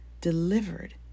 delivered